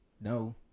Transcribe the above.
no